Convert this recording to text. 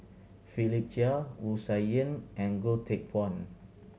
Philip Chia Wu Tsai Yen and Goh Teck Phuan